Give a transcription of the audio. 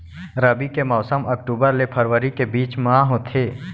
रबी के मौसम अक्टूबर ले फरवरी के बीच मा होथे